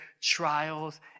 trials